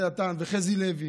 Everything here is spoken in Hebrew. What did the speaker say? ואתה, ולחזי לוי.